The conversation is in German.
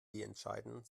entscheiden